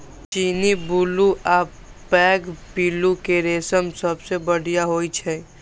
चीनी, बुलू आ पैघ पिल्लू के रेशम सबसं बढ़िया होइ छै